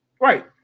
Right